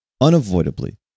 unavoidably